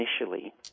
initially